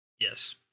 Yes